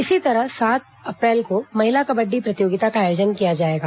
इसी तरह सात अप्रैल को महिला कबड्डी प्रतियोगिता का आयोजन किया जायेगा